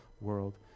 world